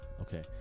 Okay